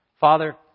Father